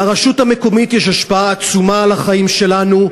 לרשות המקומית יש השפעה עצומה על החיים שלנו,